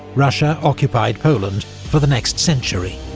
russia occupied poland for the next century.